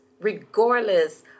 regardless